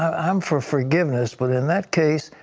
i'm for forgiveness, but in that case,